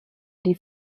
die